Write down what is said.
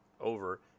over